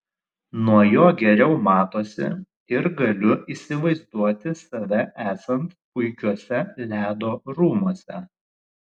nuo jo geriau matosi ir galiu įsivaizduoti save esant puikiuose ledo rūmuose